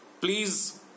please